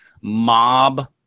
mob